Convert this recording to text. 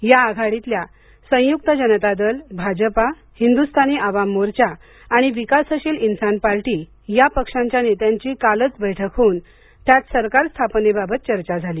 या आघाडीतल्या संयुक्त जनता दल भाजपा हिदृस्तानी अवाम मोर्चा आणि विकासशील इन्सान पार्टी या पक्षांच्या नेत्यांची कालच बैठक होऊन त्यात सरकार स्थापनेबाबत चर्चा झाली